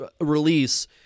release